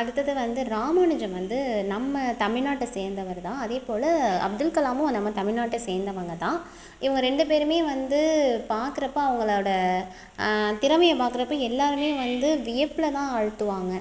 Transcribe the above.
அடுத்தது வந்து ராமானுஜம் வந்து நம்ம தமிழ்நாட்டை சேந்தவர் தான் அதே போல அப்துல்கலாமும் நம்ம தமிழ்நாட்டை சேர்ந்தவங்க தான் இவங்க ரெண்டு பேருமே வந்து பார்க்குறப்ப அவங்களோட திறமையை பார்க்குறப்ப எல்லாருமே வந்து வியப்பில் தான் ஆழ்த்துவாங்க